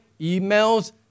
emails